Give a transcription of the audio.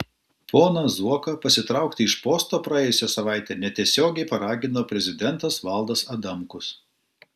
poną zuoką pasitraukti iš posto praėjusią savaitę netiesiogiai paragino prezidentas valdas adamkus